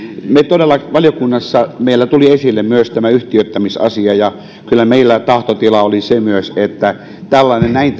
valiokunnassa meillä todella tuli esille myös tämä yhtiöittämisasia ja kyllä myös meillä tahtotila oli se että tällainen näin